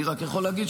אני רק יכול להגיד,